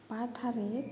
बा थारिख